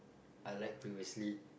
I like previously